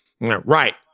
Right